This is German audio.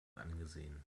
angesehen